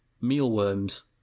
mealworms